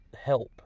help